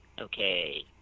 Okay